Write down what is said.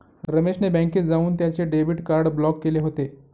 रमेश ने बँकेत जाऊन त्याचे डेबिट कार्ड ब्लॉक केले होते